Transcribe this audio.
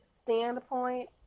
standpoint